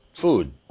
Food